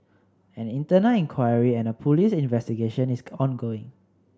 an internal inquiry and a police investigation is ongoing